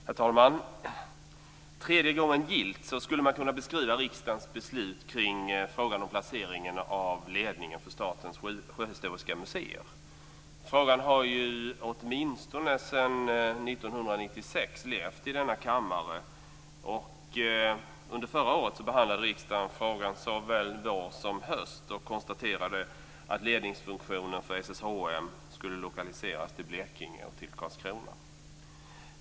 Herr talman! Tredje gången gillt - så skulle man kunna beskriva riksdagens beslut kring frågan om placeringen av ledningen för Statens sjöhistoriska museer. Frågan har ju levt i denna kammare åtminstone sedan 1996. Under förra året behandlade riksdagen frågan såväl vår som höst och konstaterade då att ledningsfunktionen för SSHM skulle lokaliseras till Blekinge och Karlskrona.